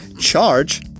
charge